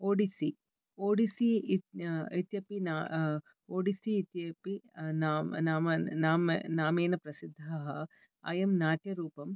ओडिस्सि ओडिस्सि इत्यपि ओडिस्सि इत्यपि नाम नाम नाम्ना प्रसिद्धः अयं नाट्यरूपम्